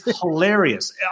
hilarious